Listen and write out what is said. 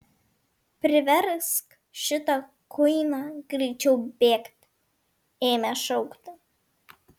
priversk šitą kuiną greičiau bėgti ėmė šaukti